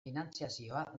finantzazioa